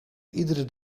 iedere